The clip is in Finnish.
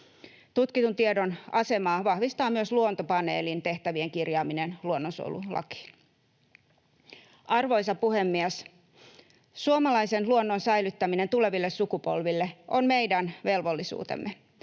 Tutkitun tiedon asemaa vahvistaa myös Luontopaneelin tehtävien kirjaaminen luonnonsuojelulakiin. Arvoisa puhemies! Suomalaisen luonnon säilyttäminen tuleville sukupolville on meidän velvollisuutemme.